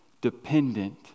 dependent